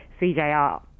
CJR